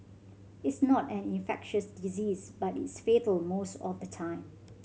it's not an infectious disease but it's fatal most of the time